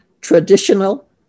traditional